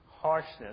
harshness